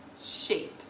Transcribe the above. Shape